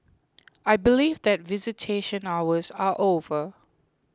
I believe that visitation hours are over